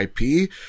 IP